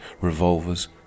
revolvers